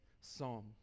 psalm